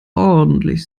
ordentlich